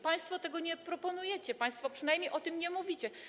Państwo tego nie proponujecie, państwo przynajmniej o tym nie mówicie.